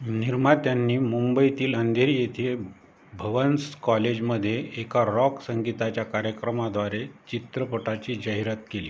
निर्मात्यांनी मुंबईतील अंधेरी येथे भवन्स कॉलेजमध्ये एका रॉक संगीताच्या कार्यक्रमाद्वारे चित्रपटाची जाहिरात केली